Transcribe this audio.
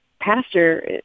pastor